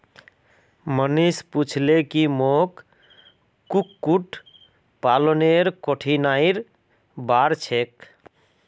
मनीष पूछले की मोक कुक्कुट पालनेर कठिनाइर बार छेक